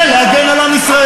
זה להגן על עם ישראל.